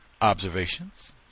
observations